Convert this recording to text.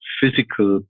physical